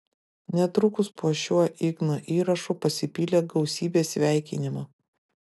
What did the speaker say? netrukus po šiuo igno įrašu pasipylė gausybė sveikinimų